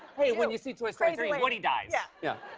hey, when you see toy story three woody dies. yeah. yeah.